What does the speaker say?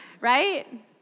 right